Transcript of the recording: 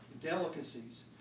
delicacies